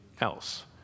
else